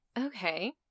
Okay